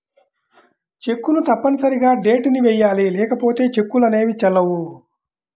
చెక్కును తప్పనిసరిగా డేట్ ని వెయ్యాలి లేకపోతే చెక్కులు అనేవి చెల్లవు